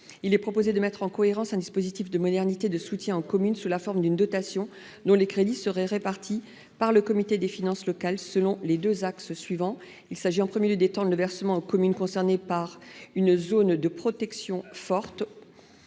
Il est proposé de mettre en cohérence un dispositif modernisé de soutien aux communes sous la forme d'une dotation dont les crédits seraient répartis par le comité des finances locales selon les deux axes suivants. Il s'agit, en premier lieu, d'étendre le versement aux communes concernées par une zone de « protection forte